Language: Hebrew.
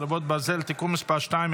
חרבות ברזל) (תיקון מס' 2),